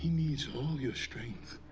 needs all your strength.